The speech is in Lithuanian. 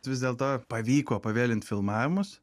vis dėlto pavyko pavėlint filmavimus